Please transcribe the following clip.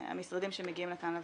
המשרדים שמגיעים לכאן לוועדה,